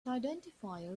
identifier